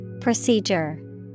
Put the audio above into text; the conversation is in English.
Procedure